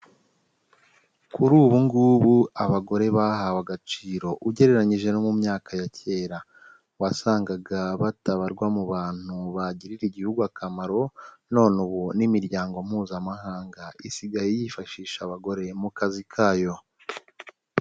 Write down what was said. Kuri ubu ngubu abagore bahawe agaciro ugereranyije no mu myaka ya kera. Wasangaga batabarwa mu bantu bagirira igihugu akamaro, none ubu n'imiryango mpuzamahanga isigaye yifashisha abagore mu kazi kayo.